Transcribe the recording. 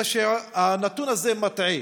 הנתון הזה מטעה.